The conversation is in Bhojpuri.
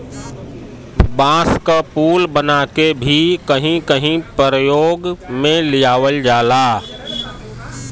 बांस क पुल बनाके भी कहीं कहीं परयोग में लियावल जाला